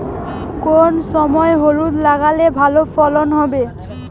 কোন সময় হলুদ লাগালে ভালো ফলন হবে?